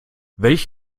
welch